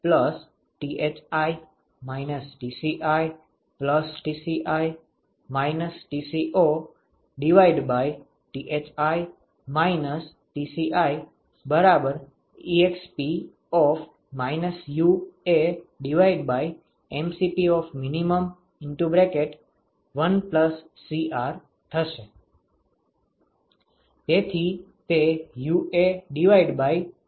તેથી તે -𝜀Thi - Tci Thi Tci Tci - TcoThi - Tci exp UAmin 1Cr થશે